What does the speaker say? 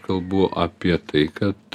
kalbu apie tai kad